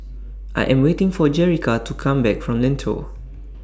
I Am waiting For Jerrica to Come Back from Lentor